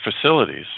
facilities